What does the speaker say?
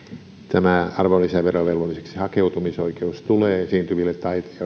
tämä arvonlisäverovelvolliseksi hakeutumisen oikeus tulee esiintyville